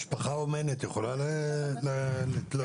משפחה אומנת יכולה להתלונן?